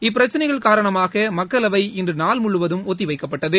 இப்பிரச்சினைகள் காரணமாக மக்களவை இன்று நாள் முழுவதும் ஒத்திவைக்கப்பட்டது